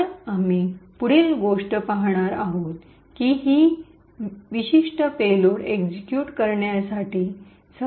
तर आम्ही पुढील गोष्ट पाहणार आहोत ती हि की विशिष्ट पेलोड एक्सिक्यूट करण्यासाठी सक्ती करणे